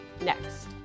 next